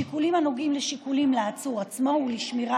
שיקולים הנוגעים לעצור עצמו ולשמירה